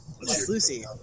Lucy